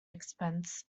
expense